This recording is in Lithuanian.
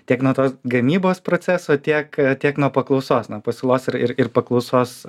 tiek nuo to gamybos proceso tiek tiek nuo paklausos na pasiūlos ir ir paklausos